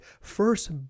first